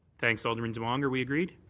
thanks, alderman demong. are we agreed?